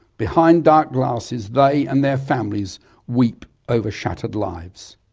behind dark glasses they and their families weep over shattered lives.